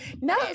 no